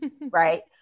right